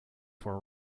for